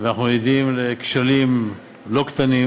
ואנחנו עדים לכשלים לא קטנים,